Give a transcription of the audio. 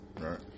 Right